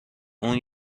اون